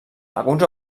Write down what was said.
alguns